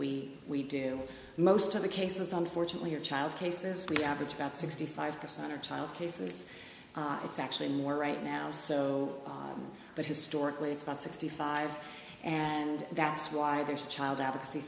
we we do most of the cases unfortunately are child cases we average about sixty five percent of child cases it's actually more right now so but historically it's about sixty five and that's why this child advocacy